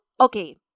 Okay